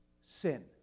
sin